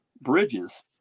bridges